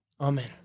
amen